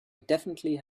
definitely